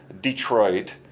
Detroit